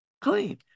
clean